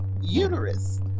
uterus